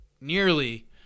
nearly